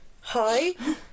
hi